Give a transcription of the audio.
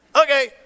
Okay